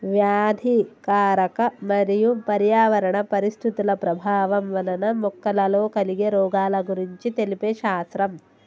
వ్యాధికారక మరియు పర్యావరణ పరిస్థితుల ప్రభావం వలన మొక్కలలో కలిగే రోగాల గురించి తెలిపే శాస్త్రం